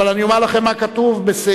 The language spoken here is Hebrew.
אבל אני אומר לכם מה כתוב בסעיף,